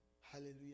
Hallelujah